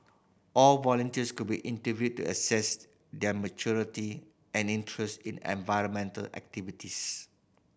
all volunteers could be interviewed to assess their maturity and interest in environmental activities